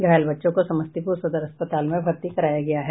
घायल बच्चों को समस्तीपुर सदर अस्पताल मे भर्ती कराया गया है